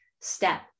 step